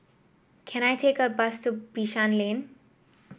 can I take a bus to Bishan Lane